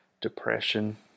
depression